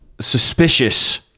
suspicious